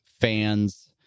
fans